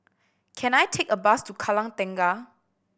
can I take a bus to Kallang Tengah